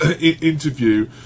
interview